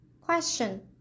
Question